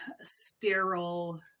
sterile